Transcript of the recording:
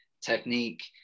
technique